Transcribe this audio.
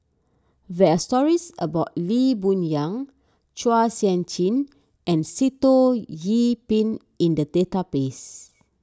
there are stories about Lee Boon Yang Chua Sian Chin and Sitoh Yih Pin in the database